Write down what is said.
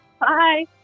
Bye